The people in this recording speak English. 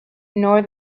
nor